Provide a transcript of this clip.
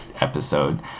episode